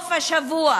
בסוף השבוע